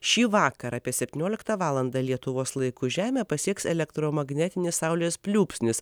šį vakarą apie septynioliktą valandą lietuvos laiku žemę pasieks elektromagnetinis saulės pliūpsnis